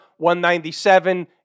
197